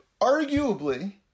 arguably